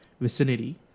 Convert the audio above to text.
vicinity